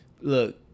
look